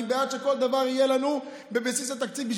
אני בעד שכל דבר יהיה לנו בבסיס התקציב,